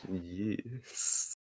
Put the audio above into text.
Yes